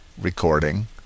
Recording